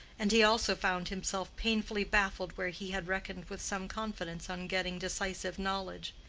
and he also found himself painfully baffled where he had reckoned with some confidence on getting decisive knowledge.